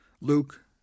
Luke